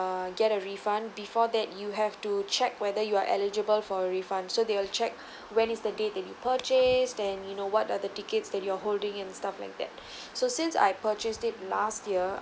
uh get a refund before that you have to check whether you are eligible for a refund so they will check when is the date that you purchase than you know what are the tickets that you're holding and stuff like that so since I purchased it last year